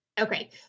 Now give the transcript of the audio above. Okay